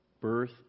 birth